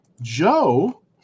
Joe